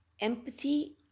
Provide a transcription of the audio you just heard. empathy